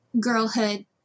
girlhood